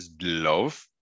love